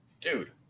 dude